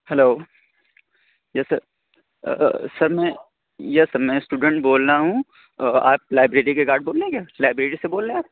hello yes sir sir میں yes sir میں student بول رہا ہوں آپ لائبریری کے گارڈ بول رہے ہیں کیا لائبریری سے بول رہے ہیں آپ